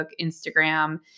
Instagram